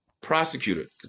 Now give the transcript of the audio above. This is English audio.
prosecutor